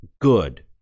good